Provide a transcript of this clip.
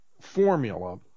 formula